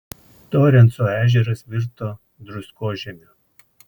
torenso ežeras virto druskožemiu